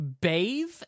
bathe